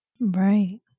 Right